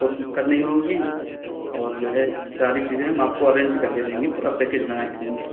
کوئی دقت نہیں ہوگی اور جو ہے ساری چیزیں ہم آپ کو ارینج کر کے دیں گے پورا پیکج بنا کے دیں گے